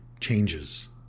changes